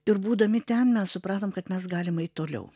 ir būdami ten mes supratom kad mes galim eit toliau